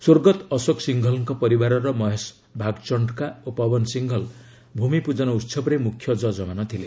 ସ୍ୱର୍ଗତ ଅଶୋକ ସିଂହଲଙ୍କ ପରିବାରର ମହେଶ ଭାଗଚଣ୍ଡକା ଓ ପବନ ସିଂହଲ ଭୂମିପ୍ରଜନ ଉତ୍ସବରେ ମୁଖ୍ୟ ଜଜମାନ ଥିଲେ